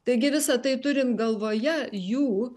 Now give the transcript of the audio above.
taigi visa tai turint galvoje jų